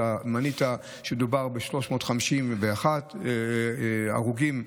אמרת שמדובר ב-351 הרוגים,